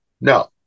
no